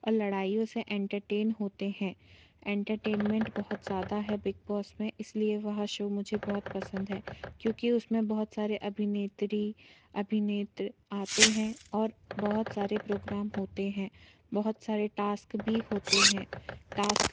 और लड़ाइयों से एंटरटेन होते हैं एंटरटेनमेंट बहुत ज़्यादा है बिगबॉस में इसलिए वह शो मुझे बहुत पसंद है क्योंकि उसमें बहुत सारे अभिनेत्री अभिनेत्र आते हैं और बहुत सारे प्रोग्राम होते हैं बहुत सारे टास्क भी हाेते हैं टास्क